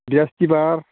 बिस्तिबार